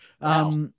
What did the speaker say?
Wow